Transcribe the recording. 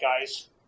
guys